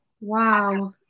wow